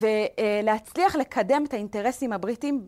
ו.. אה.. להצליח לקדם את האינטרסים הבריטים.